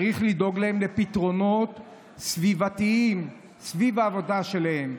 צריך לדאוג להן לפתרונות סביבתיים סביב העבודה שלהן.